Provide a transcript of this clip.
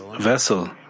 vessel